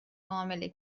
معامله